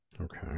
Okay